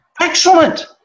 Excellent